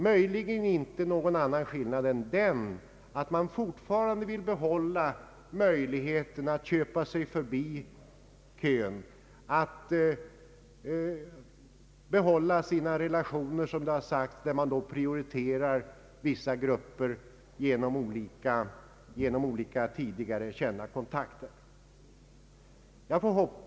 Möjligen är det inte någon annan skillnad än den att man fortfarande vill behålla möjligheten att köpa sig förbi kön, att behålla sina relationer, varvid vissa grupper prioriteras genom olika tidigare kända kontakter.